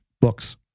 books